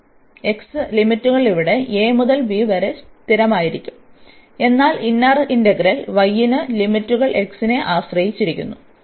അതിനാൽ x ലിമിറ്റുകൾ ഇവിടെ a മുതൽ b വരെ സ്ഥിരമായിരിക്കും എന്നാൽ ഇന്നർ ഇന്റഗ്രൽ y ന് ലിമിറ്റുകൾ x നെ ആശ്രയിച്ചിരിക്കുന്നു